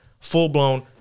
Full-blown